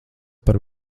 par